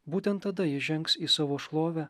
būtent tada įžengs į savo šlovę